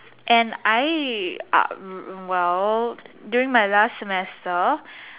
and I uh well during my last semester